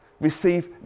receive